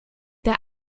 der